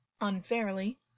unfairly